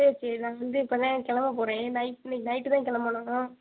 okay நான் வந்து இப்போ தான் கிளம்ப போகிறேன் நைட் இன்னைக்கு நைட்டு தான் கிளம்பணும்